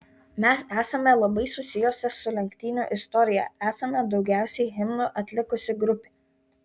mes esame labai susijusios su lenktynių istorija esame daugiausiai himnų atlikusi grupė